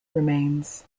remains